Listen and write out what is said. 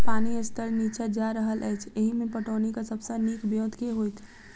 पानि स्तर नीचा जा रहल अछि, एहिमे पटौनीक सब सऽ नीक ब्योंत केँ होइत?